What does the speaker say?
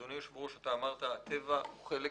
אדוני היושב ראש, אמרת שהטבע הוא חלק